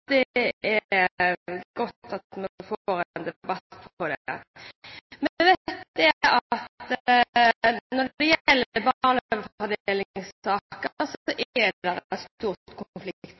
Det er godt at vi får en debatt om det. Når det gjelder barnefordelingssaker, er det